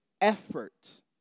effort